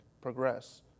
progress